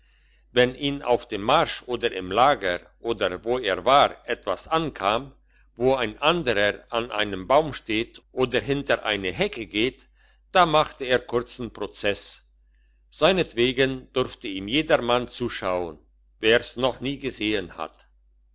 wenn ihn auf dem marsch oder im lager oder wo es war etwas ankam wo ein anderer an einen baum steht oder hinter eine hecke geht da machte er kurzen prozess seinetwegen durfte ihm jedermann zuschauen wer's noch nie gesehen hat